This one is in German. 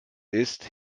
isst